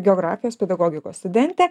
geografijos pedagogikos studentė